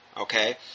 Okay